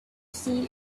see